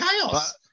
chaos